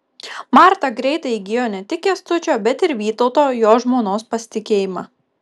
marta greitai įgijo ne tik kęstučio bet ir vytauto jo žmonos pasitikėjimą